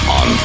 on